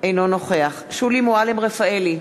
אינו נוכח שולי מועלם-רפאלי,